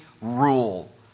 rule